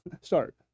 start